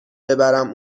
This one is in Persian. ببرم